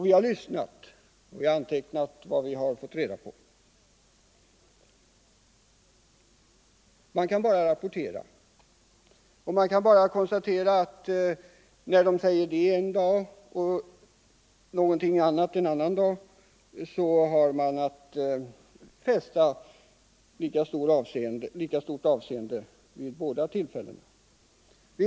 Vi har lyssnat och antecknat vad som sagts, men vi har bara kunnat konstatera att vederbörande säger en sak den ena dagen och en annan sak den andra, och då har vi bara att fästa lika stort avseende vid vad som sagts vid båda tillfällena.